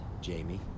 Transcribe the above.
Jamie